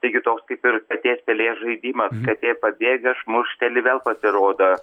taigi toks kaip ir katės pelės žaidimas katė pabėga šmurkšteli vėl pasirodo